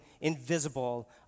invisible